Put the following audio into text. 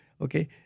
okay